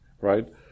right